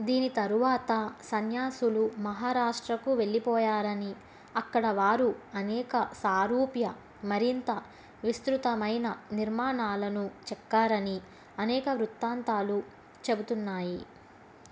దీని తరువాత సన్యాసులు మహారాష్ట్రకు వెళ్ళిపోయారు అని అక్కడ వారు అనేక సారూప్య మరింత విస్తృతమైన నిర్మాణాలను చెక్కారు అని అనేక వృత్తాంతాలు చెబుతున్నాయి